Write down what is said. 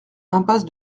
impasse